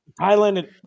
thailand